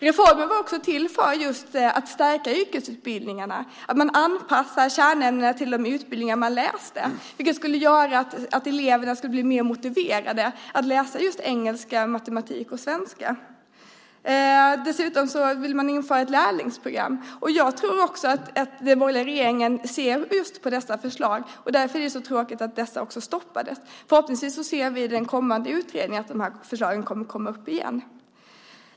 Reformen var också just till för att stärka yrkesutbildningarna och anpassa kärnämnena till de utbildningar man läser, vilket skulle göra att eleverna blir mer motiverade att läsa just engelska, matematik och svenska. Dessutom vill man införa ett lärlingsprogram. Jag tror att den borgerliga regeringen ser just på dessa förslag. Därför är det så tråkigt att de stoppades. Förhoppningsvis ser vi i den kommande utredningen att de förslagen kommer upp igen.